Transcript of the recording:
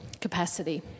capacity